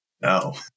No